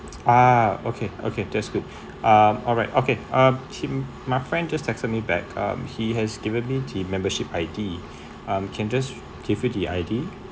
ah okay okay that's good um alright okay uh him my friend just text me back um he has given me the membership I_D can I just give you the I_D